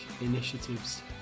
initiatives